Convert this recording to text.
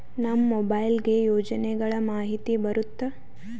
ನಮ್ ಮೊಬೈಲ್ ಗೆ ಯೋಜನೆ ಗಳಮಾಹಿತಿ ಬರುತ್ತ?